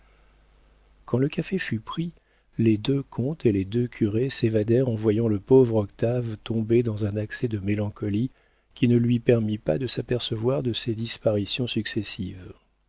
quand le café fut pris les deux comtes et les deux curés s'évadèrent en voyant le pauvre octave tombé dans un accès de mélancolie qui ne lui permit pas de s'apercevoir de ces disparitions successives